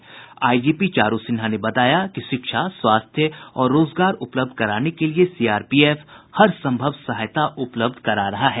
उन्होंने बताया कि शिक्षा स्वास्थ्य और रोजगार उपलब्ध कराने के लिए सीआरपीएफ हर सम्भव सहायता उपलब्ध करा रहा है